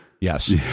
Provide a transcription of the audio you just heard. Yes